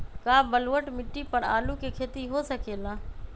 का बलूअट मिट्टी पर आलू के खेती हो सकेला?